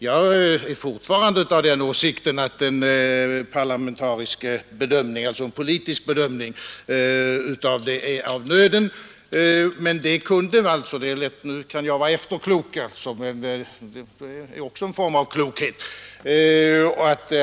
Jag är fortfarande av den åsikten att en politisk bedömning är av nöden. Nu kan jag vara efterklok, men det är också en form av klokhet.